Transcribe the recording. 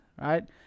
right